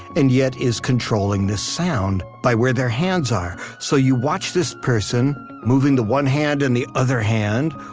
and yet is controlling this sound by where their hands are. so you watch this person moving the one hand and the other hand.